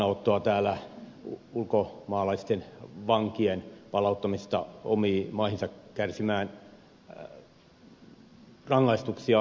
zyskowiczin kannanottoa täällä ulkomaalaisten vankien palauttamisesta omiin maihinsa kärsimään rangaistuksiaan